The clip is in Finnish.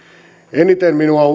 eniten minua